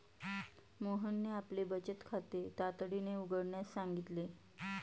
मोहनने आपले बचत खाते तातडीने उघडण्यास सांगितले